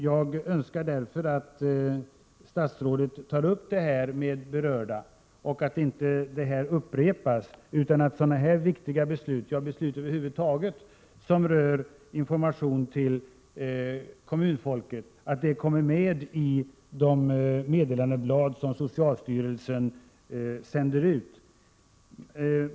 Jag önskar därför att statsrådet tar upp det här med de berörda för att det inträffade inte skall upprepas utan att så här viktiga beslut — ja, över huvud taget beslut som rör information till kommunfolk — kommer med i de meddelandeblad som socialstyrelsen sänder ut.